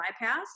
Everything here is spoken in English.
bypass